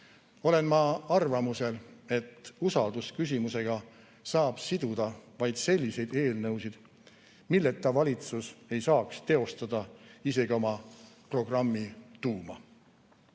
olen ma arvamusel, et usaldusküsimusega saab siduda vaid selliseid eelnõusid, milleta valitsus ei saaks teostada isegi oma programmi tuuma.